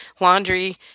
laundry